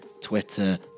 Twitter